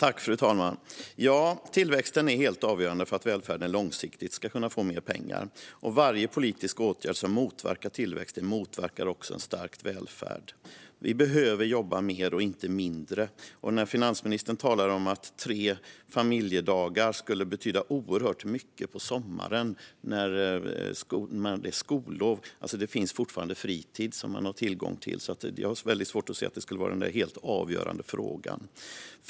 Fru talman! Tillväxten är helt avgörande för att välfärden långsiktigt ska kunna få mer pengar. Varje politisk åtgärd som motverkar tillväxt motverkar också en stark välfärd. Vi behöver jobba mer och inte mindre. Finansministern talar om att tre familjedagar skulle betyda oerhört mycket på sommaren när det är skollov. Det finns fortfarande fritis som man har tillgång till. Jag har därför mycket svårt att se att detta skulle vara den helt avgörande frågan.